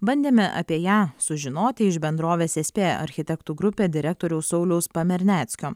bandėme apie ją sužinoti iš bendrovės es pė architektų grupė direktoriaus sauliaus pamerneckio